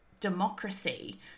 Democracy